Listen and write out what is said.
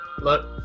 Look